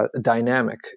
dynamic